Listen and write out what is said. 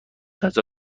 غذا